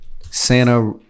Santa